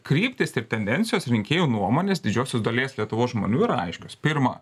kryptys ir tendencijos rinkėjų nuomonės didžiosios dalies lietuvos žmonių iyra aiškios pirma